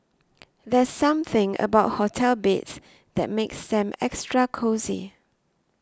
there's something about hotel beds that makes them extra cosy